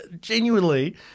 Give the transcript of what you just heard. genuinely